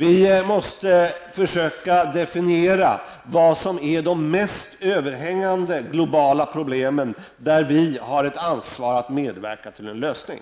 Vi måste försöka definiera vilka som är de mest överhängande globala problemen, som vi har ett ansvar att medverka till en lösning